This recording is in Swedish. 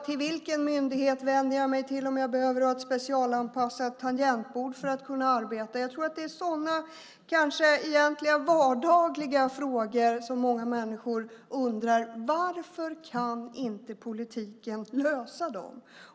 Till vilken myndighet vänder jag mig om jag behöver ha ett specialanpassat tangentbord för att kunna arbeta? Jag tror att det är sådana, kanske egentligen vardagliga, frågor som många människor undrar över. Varför kan inte politiken lösa dem?